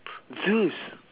zeus